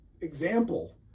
example